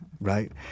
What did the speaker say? right